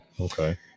Okay